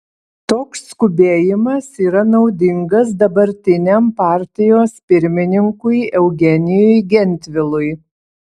toks skubėjimas yra naudingas dabartiniam partijos pirmininkui eugenijui gentvilui